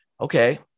okay